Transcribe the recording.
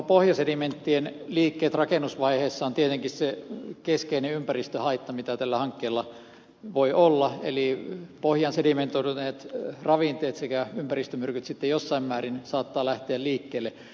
pohjasedimenttien liikkeet rakennusvaiheessa on tietenkin se keskeinen ympäristöhaitta mitä tällä hankkeella voi olla eli pohjaan sedimentoituneet ravinteet sekä ympäristömyrkyt saattavat sitten jossain määrin lähteä liikkeelle